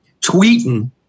tweeting